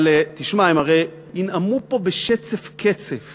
אבל, תשמע, הם הרי ינאמו פה בשצף קצף